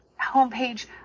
homepage